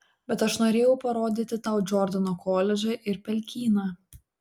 bet aš norėjau parodyti tau džordano koledžą ir pelkyną